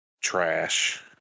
trash